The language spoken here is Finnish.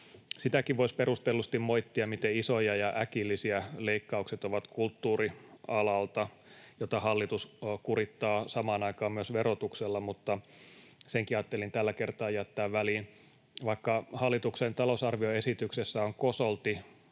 Sitäkin voisi perustellusti moittia, miten isoja ja äkillisiä ovat leikkaukset kulttuurialalta, jota hallitus kurittaa samaan aikaan myös verotuksella, mutta senkin ajattelin tällä kertaa jättää väliin. Vaikka hallituksen talousarvioesityksessä on kosolti